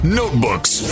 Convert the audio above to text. notebooks